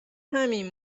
همین